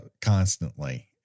constantly